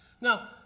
Now